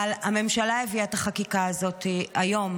אבל הממשלה הביאה את החקיקה הזו היום,